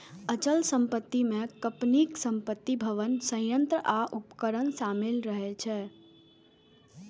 अचल संपत्ति मे कंपनीक संपत्ति, भवन, संयंत्र आ उपकरण शामिल रहै छै